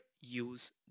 use